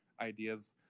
ideas